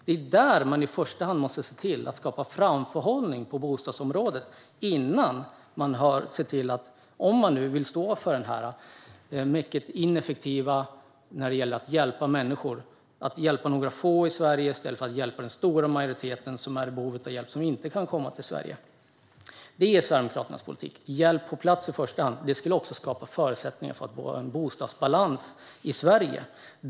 Det är där man i första hand måste se till att skapa framförhållning på bostadsområdet om man nu vill stå för denna mycket ineffektiva politik när det gäller att hjälpa människor - att hjälpa några få i Sverige i stället för att hjälpa den stora majoritet av dem som är i behov av hjälp som inte kan komma till Sverige. Det är Sverigedemokraternas politik: hjälp på plats i första hand. Det skulle också skapa förutsättningar för att få bostadsbalans i Sverige.